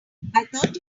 thought